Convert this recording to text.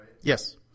Yes